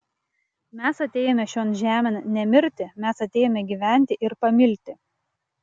mes atėjome šion žemėn ne mirti mes atėjome gyventi ir pamilti